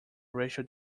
racial